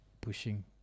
pushing